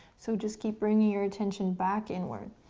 so just keep bringing your attention back inward.